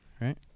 right